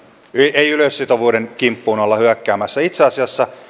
ei yleissitovuuden kimppuun olla hyökkäämässä itse asiassa